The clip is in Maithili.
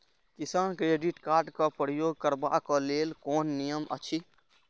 किसान क्रेडिट कार्ड क प्रयोग करबाक लेल कोन नियम अछि?